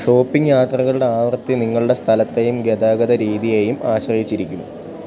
shopping യാത്രകളുടെ ആവൃത്തി നിങ്ങളുടെ സ്ഥലത്തെയും ഗതാഗതരീതിയെയും ആശ്രയിച്ചിരിക്കും